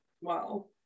Wow